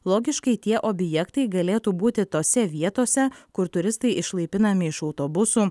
logiškai tie objektai galėtų būti tose vietose kur turistai išlaipinami iš autobusų